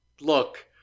Look